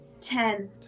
Ten